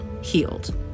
healed